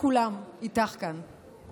וכולם איתך כאן.